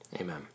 Amen